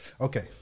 okay